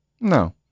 no